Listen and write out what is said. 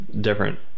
different